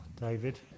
David